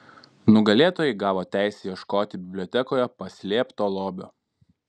nugalėtojai gavo teisę ieškoti bibliotekoje paslėpto lobio